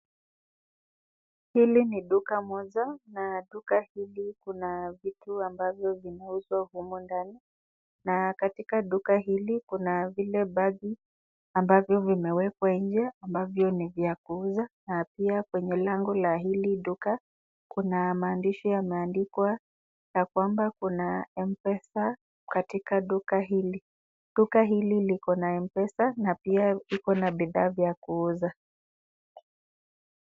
Hili ni duka moja na duka hili kuna vitu ambavyo vinauzwa humo ndani. Na katika duka hili kuna vile baadhi ambavyo vimewekwa nje ambavyo ni vya kuuza. Na pia kwenye lango la hili duka kuna maandishi yameandikwa ya kwamba kuna M-Pesa katika duka hili. Duka hili liko na M-Pesa na pia liko na bidhaa vya kuuza.